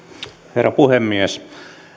herra puhemies